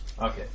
okay